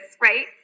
right